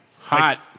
Hot